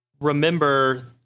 remember